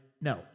no